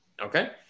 okay